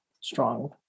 strong